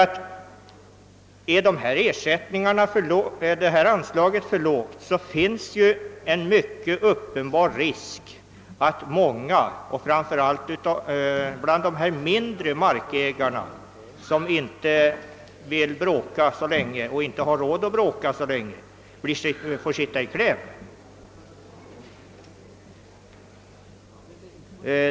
Om anslaget är för lågt föreligger risk för att många, framför allt mindre markägare som inte vill bråka och inte har råd att bråka så länge, råkar i kläm.